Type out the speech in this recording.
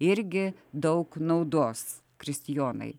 irgi daug naudos kristijonai